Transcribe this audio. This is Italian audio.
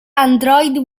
android